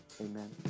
Amen